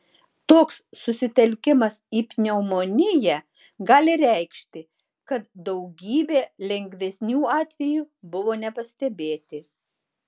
toks susitelkimas į pneumoniją gali reikšti kad daugybė lengvesnių atvejų buvo nepastebėti